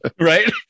right